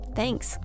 Thanks